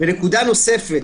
נקודה נוספת,